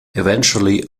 eventually